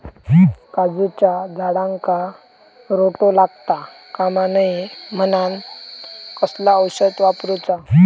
काजूच्या झाडांका रोटो लागता कमा नये म्हनान कसला औषध वापरूचा?